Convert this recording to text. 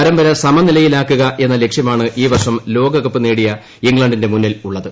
പർമ്പർ സമനിലയിലാക്കുക എന്ന ലക്ഷ്യമാണ് ഈ വർഷം ലോകകപ്പ് നേടിയ ഇംഗ്ലണ്ടിന്റെ മുന്നിൽ ഉള്ളത്